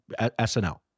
SNL